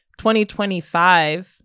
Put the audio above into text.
2025